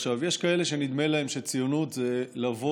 עכשיו, יש כאלה שנדמה להם שציונות זה לבוא